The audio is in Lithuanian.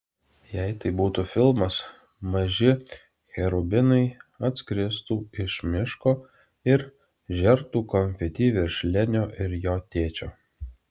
jei tai būtų filmas maži cherubinai atskristų iš miško ir žertų konfeti virš lenio ir jo tėčio